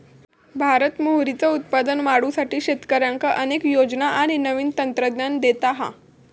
भारत मोहरीचा उत्पादन वाढवुसाठी शेतकऱ्यांका अनेक योजना आणि नवीन तंत्रज्ञान देता हा